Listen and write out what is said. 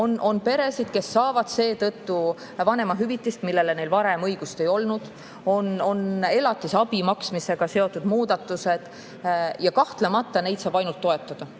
On peresid, kes saavad seetõttu vanemahüvitist, millele neil varem õigust ei olnud, ja on elatisabi maksmisega seotud muudatused. Kahtlemata, neid saab ainult toetada.